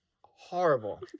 Horrible